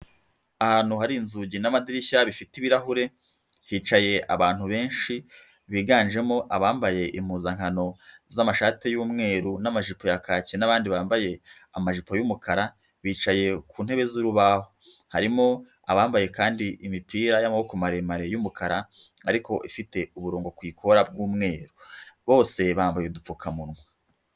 Ahantu hari inzugi n'amadirishya bifite ibirahure, hicaye abantu benshi biganjemo abambaye impuzankano z'amashati y'umweru n'amajipo ya kaki n'abandi bambaye amajipo y'umukara bicaye ku ntebe z'urubaho, harimo abambaye kandi imipira y'amaboko maremare y'umukara ariko ifite uburongo ku ikora bw'umweru bose bambaye udupfukamunwa.